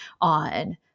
on